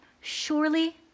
Surely